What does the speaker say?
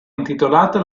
intitolata